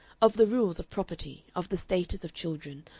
of the rules of property, of the status of children,